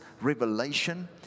revelation